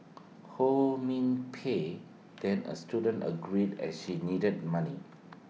ho min Pei then A student agreed as she needed money